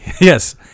Yes